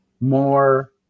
more